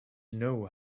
know